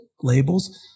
labels